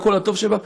על כל הטוב שבה,